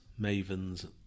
mavens